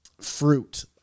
fruit